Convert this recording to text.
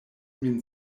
min